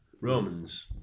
Romans